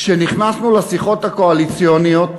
כשנכנסנו לשיחות הקואליציוניות